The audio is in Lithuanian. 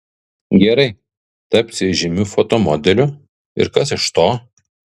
gerai taps ji žymiu fotomodeliu ir kas iš to